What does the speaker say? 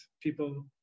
people